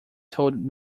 told